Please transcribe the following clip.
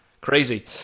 crazy